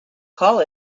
call